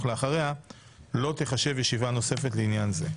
לאחריה לא תחשב ישיבה נוספת לעניין זה.